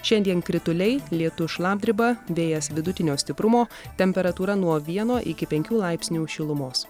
šiandien krituliai lietus šlapdriba vėjas vidutinio stiprumo temperatūra nuo vieno iki penkių laipsnių šilumos